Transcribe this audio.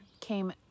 came